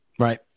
Right